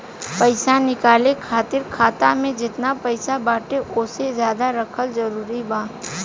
पईसा निकाले खातिर खाता मे जेतना पईसा बाटे ओसे ज्यादा रखल जरूरी बा?